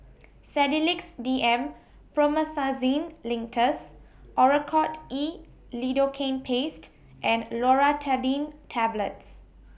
Sedilix D M Promethazine Linctus Oracort E Lidocaine Paste and Loratadine Tablets